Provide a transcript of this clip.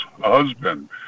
husband